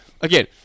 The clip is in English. again